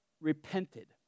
repented